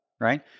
right